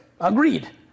agreed